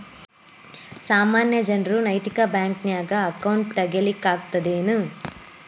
ಸಾಮಾನ್ಯ ಜನರು ನೈತಿಕ ಬ್ಯಾಂಕ್ನ್ಯಾಗ್ ಅಕೌಂಟ್ ತಗೇ ಲಿಕ್ಕಗ್ತದೇನು?